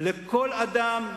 לכל אדם,